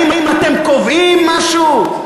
האם אתם קובעים משהו?